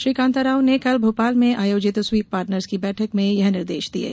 श्री कान्ता राव ने कल भोपाल में आयोजित स्वीप पार्टनर्स की बैठक में यह निर्देश दिये